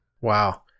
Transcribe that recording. Wow